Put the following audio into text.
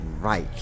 right